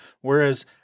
Whereas